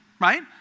right